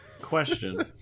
Question